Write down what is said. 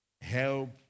help